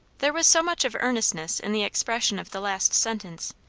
there was so much of earnestness in the expression of the last sentence,